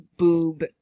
boob